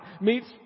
meets